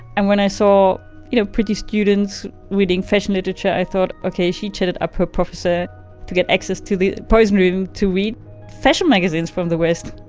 and when i saw you know pretty students reading fashion literature, i thought, okay, she chatted up her professor to get access to the poison room to read fashion magazines from the west.